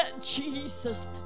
Jesus